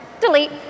Delete